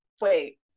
wait